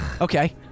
Okay